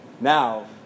Now